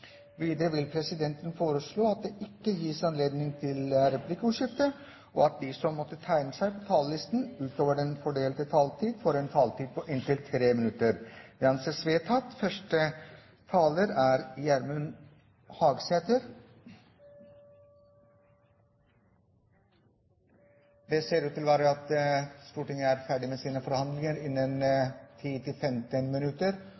Videre vil presidenten forslå at det ikke gis anledning til replikkordskifte, og at de som måtte tegne seg på talerlisten utover den fordelte taletid, får en taletid på inntil tre minutter. – Det anses vedtatt. Første taler er Gjermund Hagesæter. Det ser ut til at Stortinget blir ferdig med sine forhandlinger i løpet av 10–15 minutter,